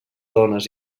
dones